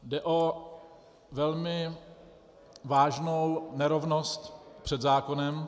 Jde o velmi vážnou nerovnost před zákonem.